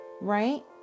Right